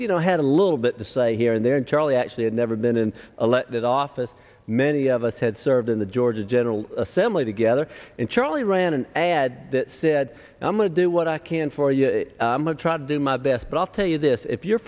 you know had a little bit to say here and there and charlie actually had never been in elected office many of us had served in the georgia general assembly together and charlie ran an ad that said i'm gonna do what i can for you try to do my best but i'll tell you this if you're